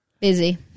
busy